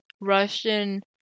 Russian